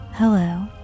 Hello